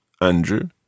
Andrew